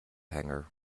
hangar